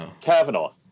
Kavanaugh